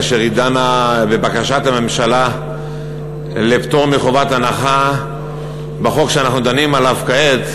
כאשר היא דנה בבקשת הממשלה לפטור מחובת הנחה בחוק שאנחנו דנים עליו כעת,